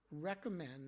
recommend